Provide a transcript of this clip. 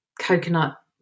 coconut